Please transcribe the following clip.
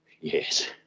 Yes